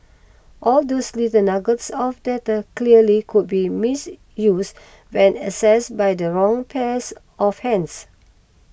all those little nuggets of data clearly could be misuse when access by the wrong pairs of hands